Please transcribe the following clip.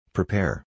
Prepare